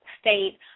state